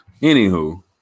Anywho